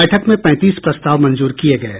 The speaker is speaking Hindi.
बैठक में पैंतीस प्रस्ताव मंजूर किये गये